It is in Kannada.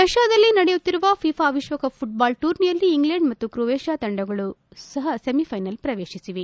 ರಷ್ಟಾದಲ್ಲಿ ನಡೆಯುತ್ತಿರುವ ಫಿಫಾ ವಿಶ್ವಕಪ್ ಘುಟ್ಟಾಲ್ ಟೂರ್ನಿಯಲ್ಲಿ ಇಂಗ್ಲೆಂಡ್ ಮತ್ತು ಕ್ರೊಯೇಷಿಯಾ ತಂಡಗಳು ಸಹ ಸೆಮಿಫ್ಟೆನಲ್ಸ್ ಪ್ರವೇಶಿಸಿವೆ